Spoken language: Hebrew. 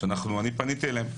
אני פניתי אליהם,